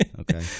okay